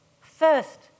first